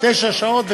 תשע שעות,